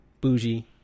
bougie